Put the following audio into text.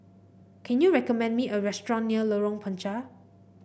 can you recommend me a restaurant near Lorong Panchar